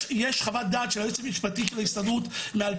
יש חוות דעת של היועץ המשפטי של ההסתדרות ל-2009,